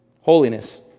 Holiness